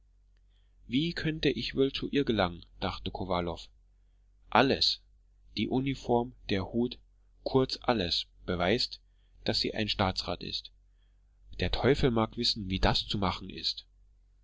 wie könnte ich wohl zu ihr gelangen dachte kowalow alles die uniform der hut kurz alles beweist daß sie ein staatsrat ist der teufel mag wissen wie das zu machen ist